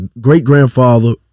great-grandfather